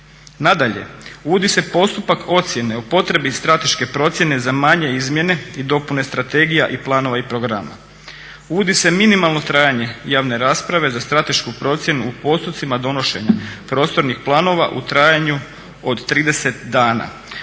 Nadalje, uvodi se postupak ocjene o potrebi strateške procjene za manje izmjene i dopune strategija i planova i programa. Uvodi se minimalno trajanje javne rasprave za stratešku procjenu u postupcima donošenja prostornih planova u trajanju od 30 dana,